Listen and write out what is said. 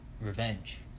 revenge